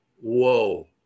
whoa